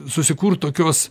susikurt tokios